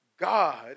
God